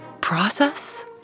process